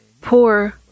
poor